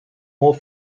molt